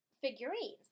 figurines